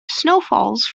snowfalls